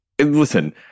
listen